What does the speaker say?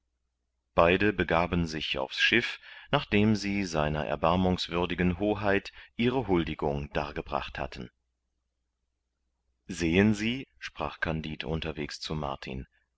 beide begaben sich aufs schiff nachdem sie seiner erbarmungswürdigen hoheit ihre huldigung dargebracht hatten sehen sie sprach kandid unterwegs zu martin